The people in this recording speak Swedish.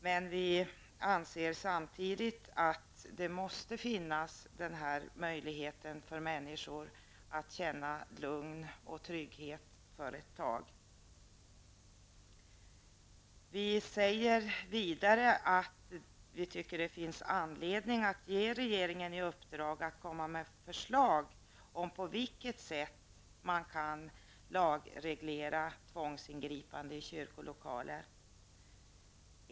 Men vi anser samtidigt att den här möjligheten måste finnas för människor att känna lugn och trygghet för ett tag. Vidare säger vi att vi tycker att det finns anledning att ge regeringen i uppdrag att lägga fram förslag om på vilket sätt man skall kunna lagreglera tvångsingripande i kyrkolokaler.